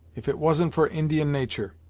if it wasn't for indian natur'.